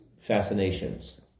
fascinations